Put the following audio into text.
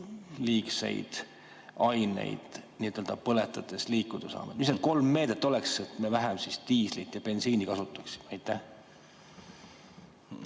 [mingeid] aineid nii-öelda põletades liikuda saaksime? Mis need kolm meedet oleks, et me vähem diislit ja bensiini kasutaks? Aitäh!